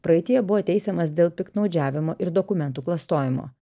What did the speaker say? praeityje buvo teisiamas dėl piktnaudžiavimo ir dokumentų klastojimo